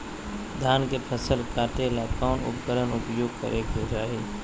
धान के फसल काटे ला कौन उपकरण उपयोग करे के चाही?